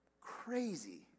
crazy